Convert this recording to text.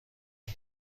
این